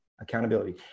accountability